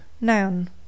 noun